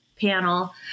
panel